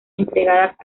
entregadas